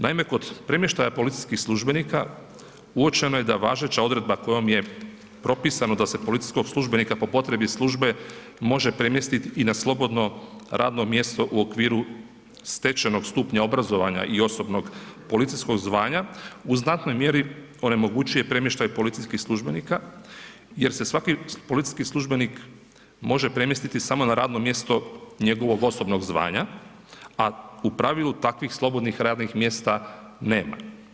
Naime kod premještaja policijskih službenika, uočeno je da važeća odredba kojom je propisano da se policijskog službenika po potrebi službe može premjestiti i na slobodno radno mjesto u okviru stečenog stupnja obrazovanja i osobnog policijskog zvanja, u znatnoj mjeri onemogućuje premještaj policijskih službenika jer se svaki policijski službenik može premjestiti samo na radno mjesto njegovog osobnog zvanja a u pravilu takvih slobodnih radnih mjesta nema.